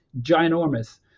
ginormous